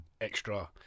extra